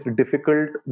difficult